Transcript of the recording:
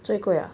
最贵 ah